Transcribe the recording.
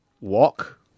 Walk